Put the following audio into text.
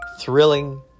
thrilling